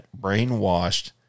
brainwashed